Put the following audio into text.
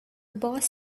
boss